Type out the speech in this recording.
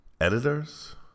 editors